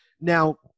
Now